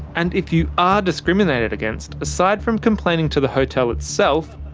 and if you are discriminated against, aside from complaining to the hotel itself,